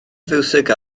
fiwsig